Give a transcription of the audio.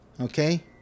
okay